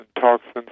toxins